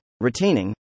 retaining